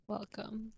Welcome